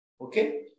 okay